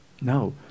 No